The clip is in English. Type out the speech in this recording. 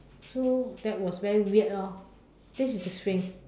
so that was very weird lor this is a strange